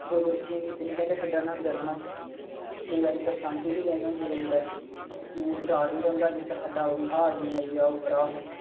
दो दो तिन तिन खड्डा न्हांदे रौह्नां केईं बारी बरसांती दे दिन होंदे जेल्लै डर बी रौंह्दा नित्त खड्डा हाड़ निं आई जा उप्परा